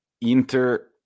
Inter